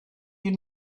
you